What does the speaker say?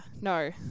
no